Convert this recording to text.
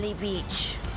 Beach